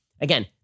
again